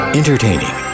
entertaining